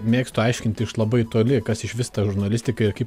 mėgstu aiškinti iš labai toli kas išvis ta žurnalistika ir kaip